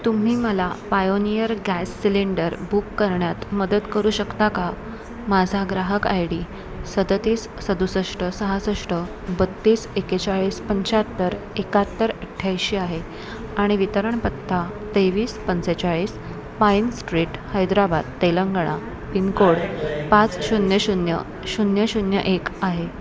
तुम्ही मला Pioneer gas cylinder book करण्यात मदत करू शकता का माझा ग्राहक आय डी सदतीस सदुसष्ट सहासष्ट बत्तीस एकेचाळीस पंच्याहत्तर एकाहत्तर अठ्ठ्याऐंशी आहे आणि वितरण पत्ता तेवीस पंचेचाळीस Pine Street Hyderabad Telangana pin code पाच शून्य शून्य शून्य शून्य एक आहे